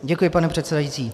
Děkuji, pane předsedající.